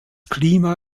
klima